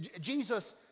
Jesus